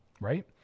right